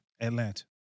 Atlanta